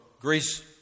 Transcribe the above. Greece